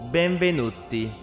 Benvenuti